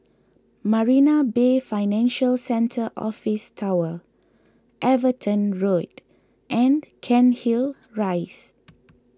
Marina Bay Financial Centre Office Tower Everton Road and Cairnhill Rise